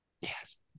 Yes